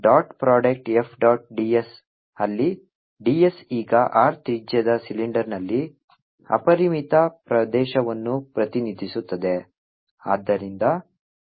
dot product F dot ds ಅಲ್ಲಿ ds ಈಗ r ತ್ರಿಜ್ಯದ ಸಿಲಿಂಡರ್ನಲ್ಲಿ ಅಪರಿಮಿತ ಪ್ರದೇಶವನ್ನು ಪ್ರತಿನಿಧಿಸುತ್ತದೆ